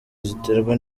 ziterwa